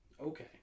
Okay